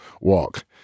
walk